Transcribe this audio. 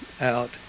out